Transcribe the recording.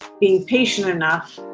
being patient enough,